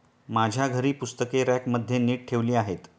माझ्या घरी पुस्तके रॅकमध्ये नीट ठेवली आहेत